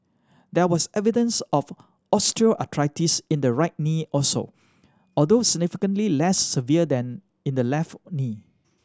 there was evidence of osteoarthritis in the right knee also although significantly less severe than in the left knee